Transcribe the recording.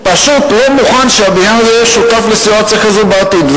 פשוט לא מוכן שהבניין הזה יהיה שותף לסיטואציה כזאת בעתיד.